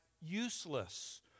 useless